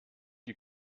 die